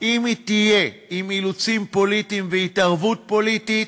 אם היא תהיה עם אילוצים פוליטיים והתערבות פוליטית,